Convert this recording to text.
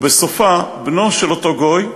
ובסופה בנו של אותו יהודי,